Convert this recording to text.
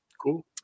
Cool